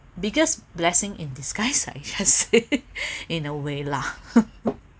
biggest blessing in disguise I guess in a way lah